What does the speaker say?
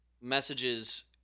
messages